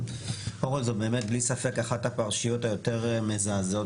באמת בלי ספק אחת הפרשיות היותר מזעזעות